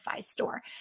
store